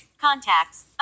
Contacts